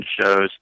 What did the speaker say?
shows